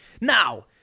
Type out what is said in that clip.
Now